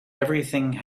everything